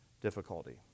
difficulty